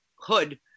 hood